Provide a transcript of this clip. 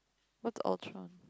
what's Ultron